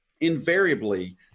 invariably